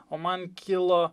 o man kilo